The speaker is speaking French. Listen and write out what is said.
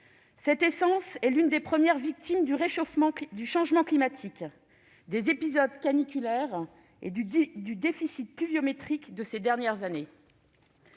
Cette essence est l'une des premières victimes du changement climatique, des épisodes caniculaires et du déficit pluviométrique de ces dernières années.